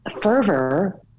fervor